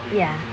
ya